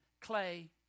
clay